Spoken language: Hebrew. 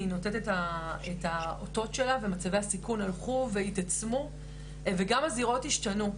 היא נותנת את האותות שלה ומצבי הסיכון הלכו והתעצמו וגם הזירות השתנו.